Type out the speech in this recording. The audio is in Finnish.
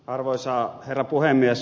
arvoisa herra puhemies